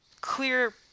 clear